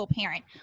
parent